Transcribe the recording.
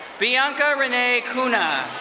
bianca renee cuna.